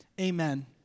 Amen